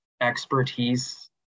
expertise